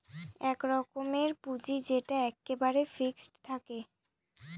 এক রকমের পুঁজি যেটা এক্কেবারে ফিক্সড থাকে